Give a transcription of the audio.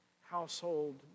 household